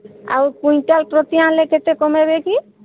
ଆଉ କ୍ୱିଣ୍ଟାଲ୍ ଼ ପ୍ରତି ଆଣିଲେ କେତେ କମେଇବେ କି